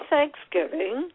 Thanksgiving